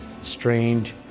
strained